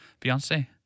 Beyonce